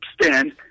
stand